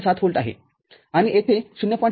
७ volt आहेआणि येथे ०